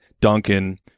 Duncan